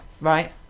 Right